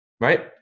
Right